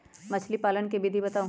मछली पालन के विधि बताऊँ?